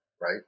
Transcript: right